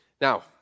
Now